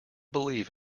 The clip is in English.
believe